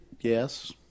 Yes